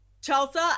chelsea